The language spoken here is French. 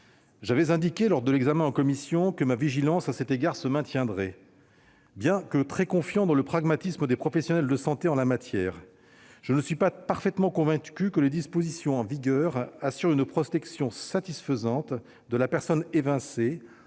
commission que je maintiendrais ma vigilance sur cet enjeu important. Bien que très confiant dans le pragmatisme des professionnels de santé en la matière, je ne suis pas parfaitement convaincu que les dispositions en vigueur assurent une protection satisfaisante de la personne évincée